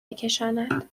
بکشاند